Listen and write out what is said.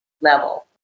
level